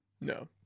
No